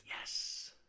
Yes